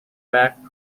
back